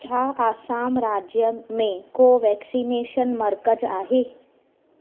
छा असम राज्य में काई वैक्सीनेशन मर्कज़ आहे